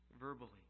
verbally